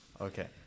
Okay